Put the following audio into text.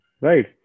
Right